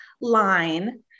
line